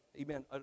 Amen